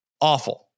Awful